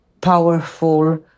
powerful